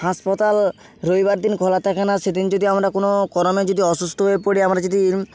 হাসপাতাল রবিবার দিন খোলা থাকে না সেদিন যদি আমরা কোনো করণে যদি অসুস্থ হয়ে পড়ি আমরা যদি এরম